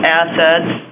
assets